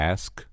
Ask